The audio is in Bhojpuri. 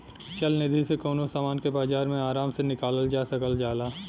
चल निधी से कउनो समान के बाजार मे आराम से निकालल जा सकल जाला